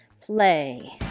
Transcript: play